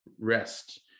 rest